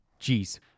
Jeez